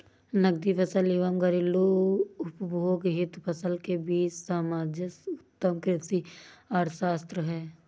नकदी फसल एवं घरेलू उपभोग हेतु फसल के बीच सामंजस्य उत्तम कृषि अर्थशास्त्र है